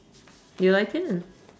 you like it